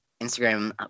Instagram